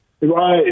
Right